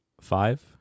five